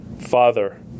Father